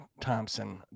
thompson